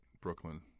Brooklyn